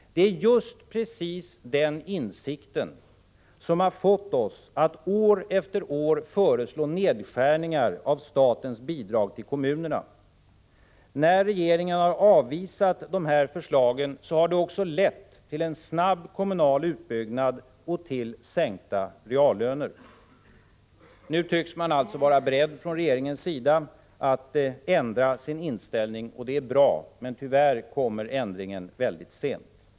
Det är just den insikten som har fått oss att år efter år föreslå nedskärningar Prot. 1985/86:70 av statens bidrag till kommunerna. När regeringen har avvisat de här 5 februari 1986 förslagen har det också lett till en snabb kommunal utbyggnad och till sänkta reallöner. Nu tycks regeringen alltså vara beredd att ändra sin inställning och det är bra, men tyvärr kommer ändringen väldigt sent.